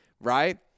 right